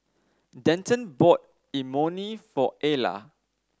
Denton bought Imoni for Ayla